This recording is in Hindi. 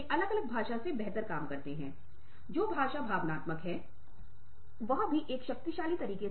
इसलिए यह अनुमान लगाना बहुत महत्वपूर्ण है कि इसमें अशाब्दिक संचार को भी देखा जाएगा